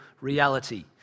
reality